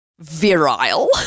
virile